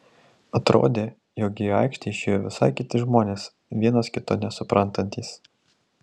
atrodė jog į aikštę išėjo visai kiti žmonės vienas kito nesuprantantys